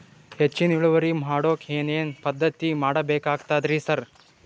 ಹೆಚ್ಚಿನ್ ಇಳುವರಿ ಮಾಡೋಕ್ ಏನ್ ಏನ್ ಪದ್ಧತಿ ಮಾಡಬೇಕಾಗ್ತದ್ರಿ ಸರ್?